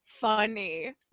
funny